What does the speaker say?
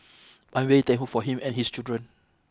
I'm very thankful for him and his children